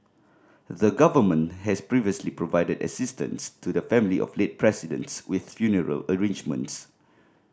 the Government has previously provided assistance to the family of late Presidents with funeral arrangements